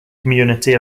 community